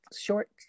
short